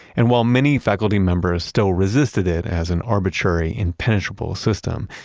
and while many faculty members still resisted it as an arbitrary, impenetrable system,